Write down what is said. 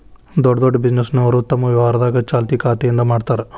ದೊಡ್ಡ್ ದೊಡ್ಡ್ ಬಿಸಿನೆಸ್ನೋರು ತಮ್ ವ್ಯವಹಾರನ ಚಾಲ್ತಿ ಖಾತೆಯಿಂದ ಮಾಡ್ತಾರಾ